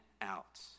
out